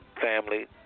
family